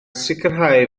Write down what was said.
sicrhau